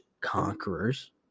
conquerors